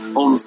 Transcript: on